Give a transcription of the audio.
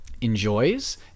enjoys